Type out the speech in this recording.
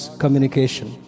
communication